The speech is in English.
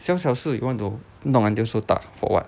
小小事 you want to 弄 until so 大 for what